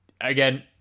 again